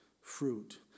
fruit